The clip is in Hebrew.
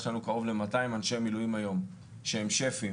יש לנו קרוב ל-200 אנשי מילואים שהם שפים